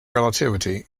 relativity